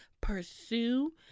pursue